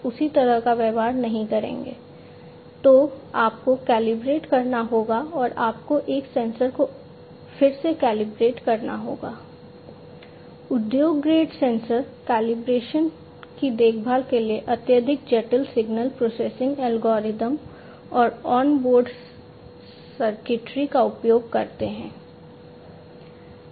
किसी भी सेंसर का कैलिब्रेशन की देखभाल के लिए अत्यधिक जटिल सिग्नल प्रोसेसिंग एल्गोरिदम और ऑन बोर्ड सर्किटरी का उपयोग करते हैं